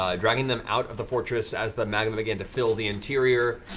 um dragging them out of the fortress as the magma began to fill the interior,